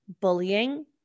bullying